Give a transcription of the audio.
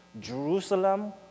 Jerusalem